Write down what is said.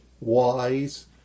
wise